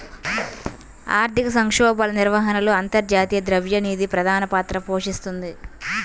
ఆర్థిక సంక్షోభాల నిర్వహణలో అంతర్జాతీయ ద్రవ్య నిధి ప్రధాన పాత్ర పోషిస్తోంది